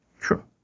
Sure